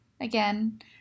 Again